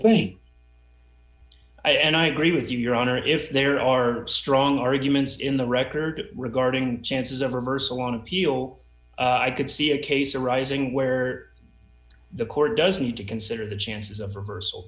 thing i and i agree with you your honor if there are strong arguments in the record regarding chances of reversal on appeal i could see a case arising where the court does need to consider the chances of rehearsal